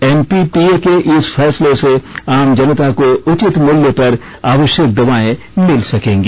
NPPA के इस फैसले से आम जनता को उचित मूल्य पर आवश्यक दवाएं मिल सकेंगी